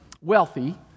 wealthy